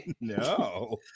no